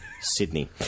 Sydney